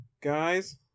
guys